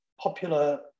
popular